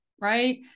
right